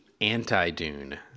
Anti-Dune